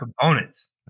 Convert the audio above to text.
components